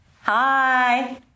Hi